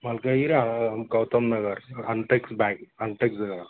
మల్కాజ్గిరి గౌతమ్ నగర్ అంతెక్స్ బ్యాక్ అంతెక్స్